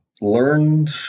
learned